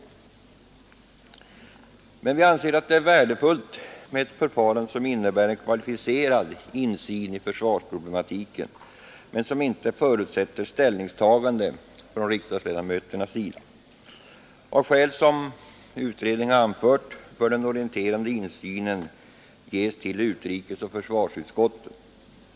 Vi anser emellertid att det är värdefullt med ett förfarande som innebär en kvalificerad insyn i försvarsproblematiken men som inte förutsätter ställningstagande från riksdagsledamöternas sida. Av skäl som utredningen anfört bör den orienterande insynen ges till utrikesoch försvarsutskotten.